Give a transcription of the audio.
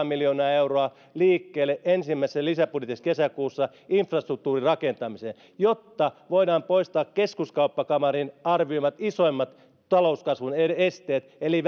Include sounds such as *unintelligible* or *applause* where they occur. *unintelligible* miljoonaa euroa liikkeelle ensimmäisessä lisäbudjetissa kesäkuussa infrastruktuurirakentamiseen jotta voidaan poistaa keskuskauppakamarin arvioimat isoimmat talouskasvun esteet eli *unintelligible*